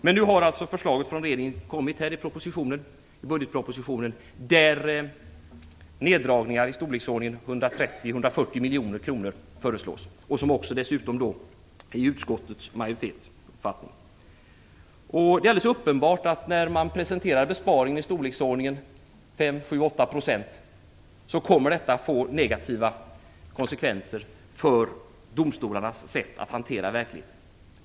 Men nu har regeringen kommit med ett förslag i budgetpropositionen där neddragningar i storleksordningen 130-140 miljoner kronor föreslås. Det har också blivit utskottets majoritets uppfattning. Det är alldeles uppenbart att när man presenterar besparingar i storleksordningen 5-8 % så kommer detta att få negativa konsekvenser för domstolarnas arbete.